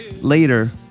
later